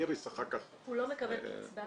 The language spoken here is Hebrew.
איריס אחר כך -- הוא לא מקבל קצבה,